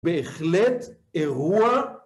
בהחלט אירוע.